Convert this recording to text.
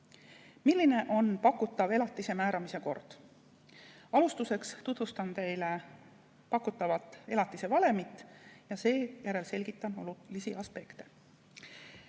Milline on pakutav elatise määramise kord? Alustuseks tutvustan teile pakutavat elatise valemit ja seejärel selgitan olulisi aspekte.